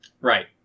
Right